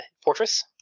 fortress